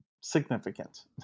significant